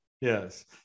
Yes